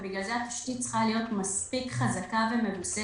ובגלל זה התשתית צריכה להיות מספיק חזקה ומבוססת